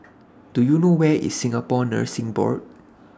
Do YOU know Where IS Singapore Nursing Board